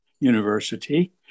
University